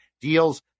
deals